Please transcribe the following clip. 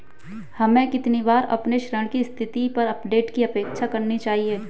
हमें कितनी बार अपने ऋण की स्थिति पर अपडेट की अपेक्षा करनी चाहिए?